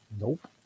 Nope